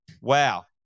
wow